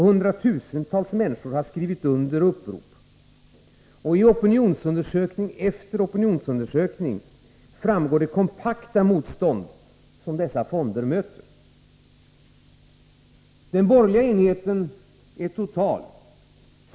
Hundratusentals människor har skrivit under upprop. I opinionsundersökning efter opinionsundersökning visar sig det kompakta motstånd som dessa fonder möter. Den borgerliga enigheten är total.